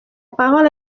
parole